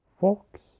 fox